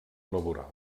laboral